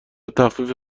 تخفیف